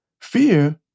fear